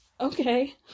okay